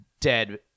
dead